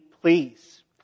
please